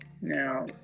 Now